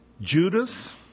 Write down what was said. Judas